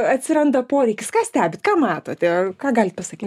atsiranda poreikis ką stebit ką matote ką galit pasakyt